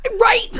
Right